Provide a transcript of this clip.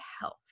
health